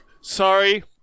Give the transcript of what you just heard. Sorry